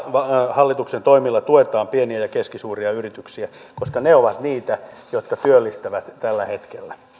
hallituksen toimilla tuetaan pieniä ja keskisuuria yrityksiä koska ne ovat niitä jotka työllistävät tällä hetkellä